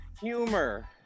humor